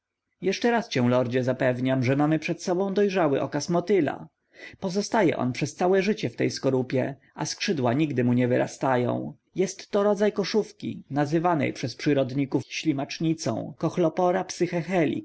raz cię lordzie zapewniam że mamy przed sobą dojrzały okaz motyla pozostaje on przez całe życie w tej skorupie a skrzydła nigdy mu nie wyrastają jestto rodzaj koszówki nazywanej przez przyrodników ślimacznicą cochlophora psyche